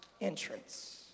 entrance